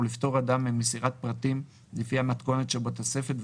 או לפטור אדם ממסירת הפרטים לפי המתכונת שבתוספת,